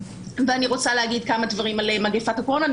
ואני רוצה להגיד כמה דברים על מגפת הקורונה.